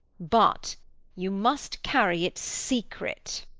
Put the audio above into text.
but you must carry it secret.